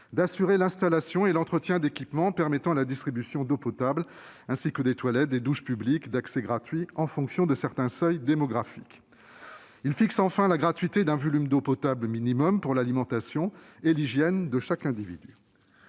d'assurer l'installation et l'entretien d'équipements permettant la distribution d'eau potable, ainsi que de toilettes et de douches publiques d'accès gratuit en fonction de certains seuils démographiques. Il fixe enfin la gratuité d'un volume d'eau potable minimum pour l'alimentation et l'hygiène de chaque individu.